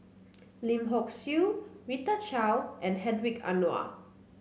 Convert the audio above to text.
Lim Hock Siew Rita Chao and Hedwig Anuar